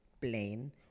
plain